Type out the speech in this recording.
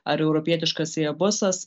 ar europietiškas aebusas